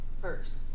first